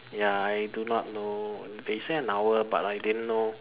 ya I do not know they say an hour but I didn't know